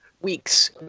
Weeks